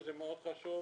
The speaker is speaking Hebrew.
וזה מאוד חשוב,